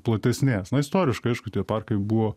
platesnės na istoriškai aišku tie parkai buvo